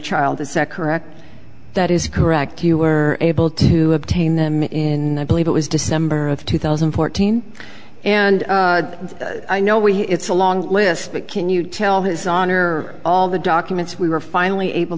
child is that correct that is correct you were able to obtain them in believe it was december of two thousand and fourteen and i know we it's a long list but can you tell his honor all the documents we were finally able